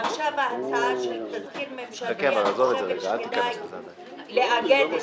עכשיו בא התזכיר הממשלתי, אני חושבת שכדאי לאגד את